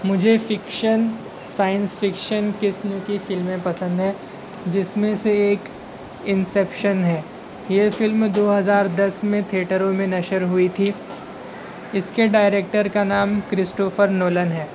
مجھے fiction science fiction قسم کی فلمیں پسند ہیں جس میں سے ایک انسپشن ہے یہ فلم دو ہزار دس میں تھیٹروں میں نشر ہوئی تھی اس کے ڈائریکٹر کام نام کرسٹوفر نولن ہے